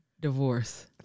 Divorce